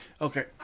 okay